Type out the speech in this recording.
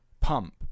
pump